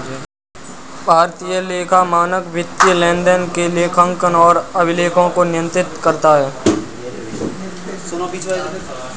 भारतीय लेखा मानक वित्तीय लेनदेन के लेखांकन और अभिलेखों को नियंत्रित करता है